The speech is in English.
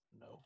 No